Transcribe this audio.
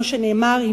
כמו שנאמר,